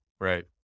right